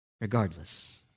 regardless